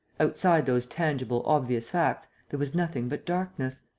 outside those tangible, obvious facts there was nothing but darkness.